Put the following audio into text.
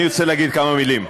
אני רוצה להגיד כמה מילים.